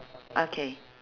okay